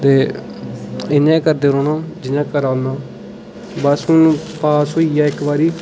ते इ'यां गै करदे रौह्ना जियां करै ना बस हून पास होई गेआ इक बारी